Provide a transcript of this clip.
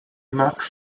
marque